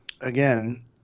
again